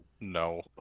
no